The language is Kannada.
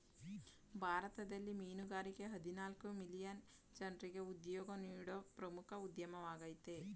ಭಾರತದಲ್ಲಿ ಮೀನುಗಾರಿಕೆಯ ಹದಿನಾಲ್ಕು ಮಿಲಿಯನ್ ಜನ್ರಿಗೆ ಉದ್ಯೋಗ ನೀಡೋ ಪ್ರಮುಖ ಉದ್ಯಮವಾಗಯ್ತೆ